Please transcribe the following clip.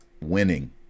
winning